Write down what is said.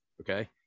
Okay